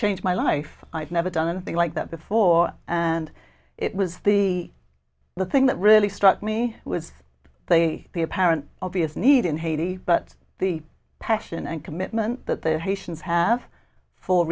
changed my life i've never done anything like that before and it was the the thing that really struck me was the the apparent obvious need in haiti but the passion and commitment that the haitians ha